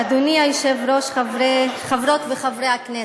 אדוני היושב-ראש, חברות וחברי הכנסת.